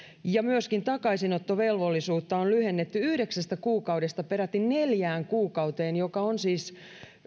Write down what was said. ja myöskin takaisinottovelvollisuutta on lyhennetty yhdeksästä kuukaudesta peräti neljään kuukauteen joka on siis